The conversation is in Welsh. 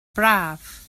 braf